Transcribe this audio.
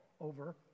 over